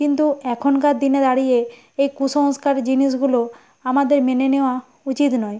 কিন্তু এখনকার দিনে দাঁড়িয়ে এই কুসংস্কার জিনিসগুলো আমাদের মেনে নেওয়া উচিত নয়